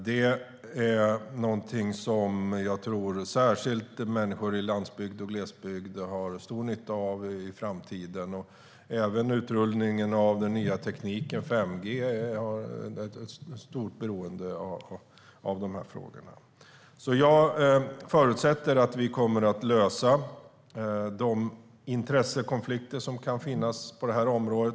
Det är någonting som jag tror att särskilt människor i landsbygd och glesbygd har stor nytta av i framtiden. Även när det gäller utrullningen av den nya tekniken 5G finns det ett stort beroende av dessa frågor. Jag förutsätter att vi kommer att lösa de intressekonflikter som kan finnas på detta område.